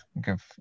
give